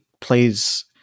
plays